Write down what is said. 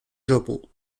japon